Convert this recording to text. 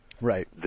Right